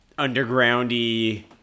underground-y